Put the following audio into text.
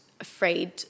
afraid